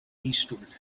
eastward